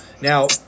Now